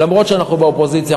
אף-על-פי שאנחנו באופוזיציה,